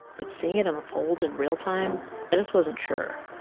but seeing it unfold in real time, i just wasn't sure,